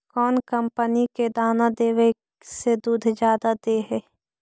कौन कंपनी के दाना देबए से दुध जादा दे है?